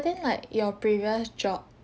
then like your previous job